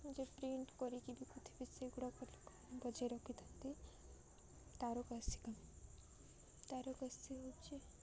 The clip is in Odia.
ଯେ ପ୍ରିଣ୍ଟ୍ କରିକି ବିକୁଥିବି ସେଗୁଡ଼ା ଲୋକମାନେ ବଜେଇ ରଖିଥାନ୍ତି ତାରକାଶୀ କାମ ତାରକାଶୀ ହେଉଛି